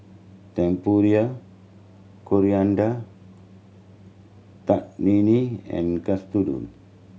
Tempura Coriander and Katsudon